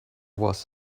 was